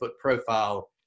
profile